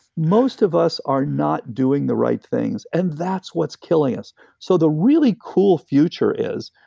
most of us are not doing the right things, and that's what's killing us so the really cool future is,